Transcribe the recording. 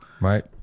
right